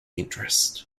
interests